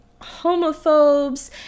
homophobes